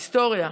היסטוריה.